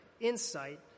insight